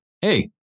Hey